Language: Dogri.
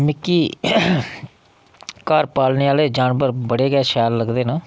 मिकी घर पालने आह्ले जनावर बड़े गै शैल लगदे न